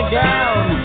down